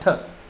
अठ